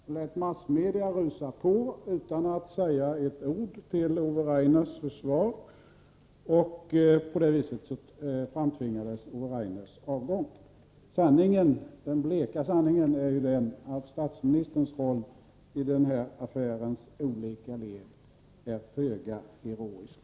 Han lät massmedia rusa på utan att säga ett ord till Ove Rainers försvar. På det viset framtvingades Ove Rainers avgång. Den bleka sanningen är att statsministerns roll i denna affärs olika led är föga heroisk.